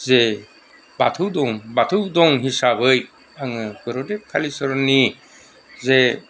जे बाथौ दं बाथौ दं हिसाबै आङो गुरुदेब कालिचरननि जे